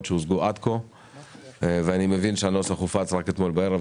שהושגו עד כה ואני מבין שהנוסח הופץ רק אתמול בערב,